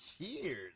cheers